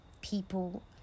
people